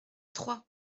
trois